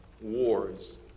wars